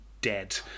dead